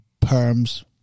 perms